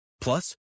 Plus